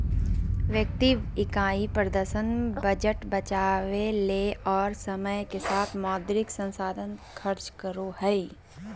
व्यक्ति इकाई प्रदर्शन बजट बचावय ले और समय के साथ मौद्रिक संसाधन खर्च करो हइ